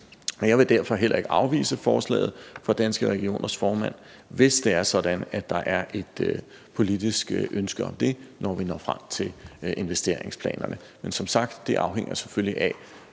Jeg vil derfor heller ikke afvise forslaget fra Danske Regioners formand, hvis det er sådan, at der er et politisk ønske om det, når vi når frem til investeringsplanerne. Men som sagt afhænger det selvfølgelig af,